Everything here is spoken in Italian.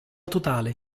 totale